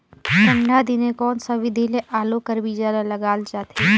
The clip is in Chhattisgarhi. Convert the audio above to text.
ठंडा दिने कोन सा विधि ले आलू कर बीजा ल लगाल जाथे?